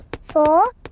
four